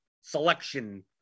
selection